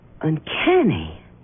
uncanny